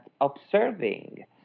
observing